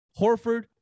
Horford